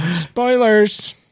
Spoilers